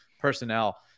personnel